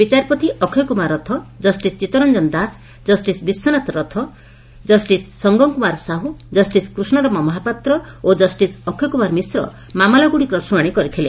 ବିଚାରପତି ଅକ୍ଷୟ କୁମାର ରଥ ଜଷିସ ଚିଉରଞ୍ଞନ ଦାସ ଜଷିସ ବିଶ୍ୱନାଥ ରଥ ଜଷିସ ସଙ୍ଗମ କୁମାର ସାହୁ ଜଷିସ୍ କୁଷ୍ଠରାମ ମହାପାତ୍ର ଜଷିସ ଅଷୟ କୁମାର ମିଶ୍ର ମାମଲାଗୁଡିକର ଶୁଣାଣି କରିଥିଲେ